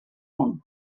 món